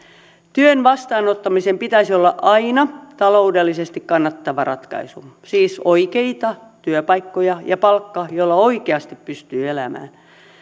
työn vastaanottamisen pitäisi olla aina taloudellisesti kannattava ratkaisu siis oikeita työpaikkoja ja palkka jolla oikeasti pystyy elämään